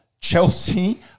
Chelsea